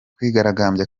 kwigaragambya